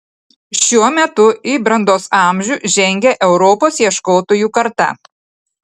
šiuo metu į brandos amžių žengia europos ieškotojų karta